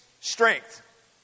strength